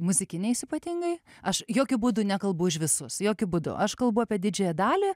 muzikiniais ypatingai aš jokiu būdu nekalbu už visus jokiu būdu aš kalbu apie didžiąją dalį